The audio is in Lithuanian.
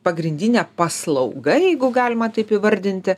pagrindinė paslauga jeigu galima taip įvardinti